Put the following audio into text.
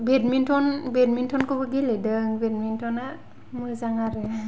badminton बेडमिनट'नखौबो गेलेदों बेडमिनट'ना मोजां आरो